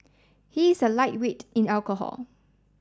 he is a lightweight in alcohol